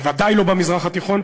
בוודאי לא במזרח התיכון.